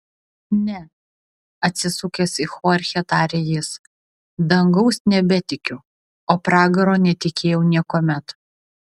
ne atsisukęs į chorchę tarė jis dangaus nebetikiu o pragaro netikėjau niekuomet